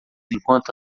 enquanto